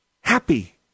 Happy